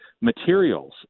materials